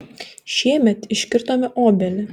šiemet iškirtome obelį